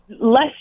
Less